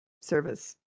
Service